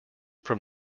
from